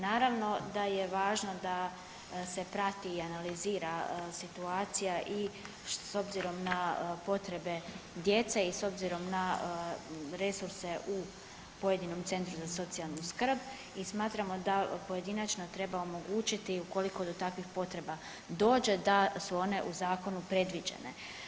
Naravno da je važno da se prati i analizira situacija i s obzirom na potrebe djece i s obzirom na resurse u pojedinom centru za socijalnu skrb i smatramo da pojedinačno treba omogućiti i ukoliko do takvih potreba dođe, da su one u zakonu predviđene.